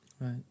Right